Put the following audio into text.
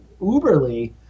uberly